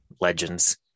legends